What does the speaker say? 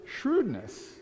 shrewdness